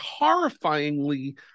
horrifyingly